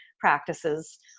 practices